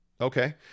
Okay